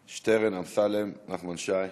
שטרן, אמסלם, נחמן שי,